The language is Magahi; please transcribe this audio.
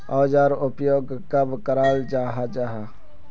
औजार उपयोग कब कराल जाहा जाहा?